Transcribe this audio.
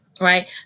right